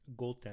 goaltender